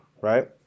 right